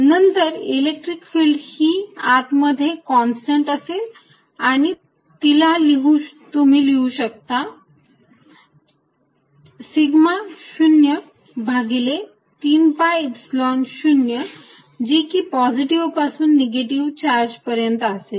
नंतर electric field E ही आत मध्ये कॉन्स्टंट असेल आणि आपण तिला लिहू शकतो सिग्मा 0 भागिले 3 Epsilon 0 जी की पॉझिटिव्ह पासून निगेटिव्ह पर्यंत असेल